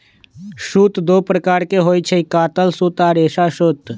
सूत दो प्रकार के होई छई, कातल सूत आ रेशा सूत